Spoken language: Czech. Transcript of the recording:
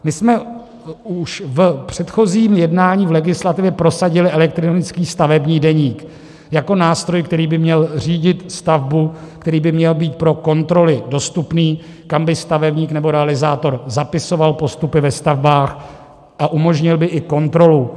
My jsme už v předchozím jednání v legislativě prosadili elektronický stavební deník jako nástroj, který by měl řídit stavbu, který by měl být pro kontroly dostupný, kam by stavebník nebo realizátor zapisoval postupy ve stavbách a umožnil by i kontrolu.